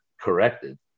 corrected